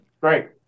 Great